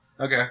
Okay